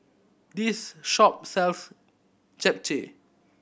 this shop sells Japchae